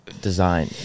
design